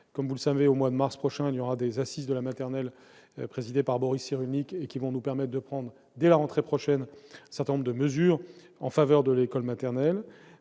Vous le savez, au mois de mars prochain auront lieu des assises de la maternelle, qui seront présidées par Boris Cyrulnik. Ces dernières vont nous permettre de prendre, dès la rentrée prochaine, un certain nombre de mesures en faveur de l'école maternelle.